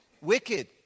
Wicked